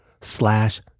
slash